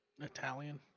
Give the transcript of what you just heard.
Italian